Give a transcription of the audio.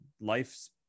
life's